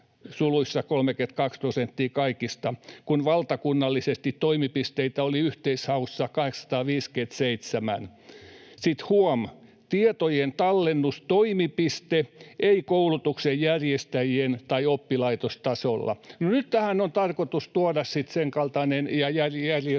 kun valtakunnallisesti toimipisteitä oli yhteishaussa 857.” Sitten huom. ”tietojen tallennustoimipiste ei koulutuksen järjestäjien tai oppilaitostasolla”. No nyt tähän on tarkoitus tuoda sitten senkaltainen järjestelmä,